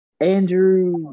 Andrew